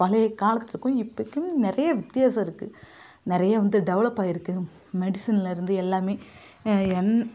பழைய காலத்துக்கும் இப்போக்கும் நிறையா வித்தியாசம் இருக்குது நிறையா வந்து டெவலப் ஆகியிருக்குது மெடிசன்லேருந்து எல்லாமே எந்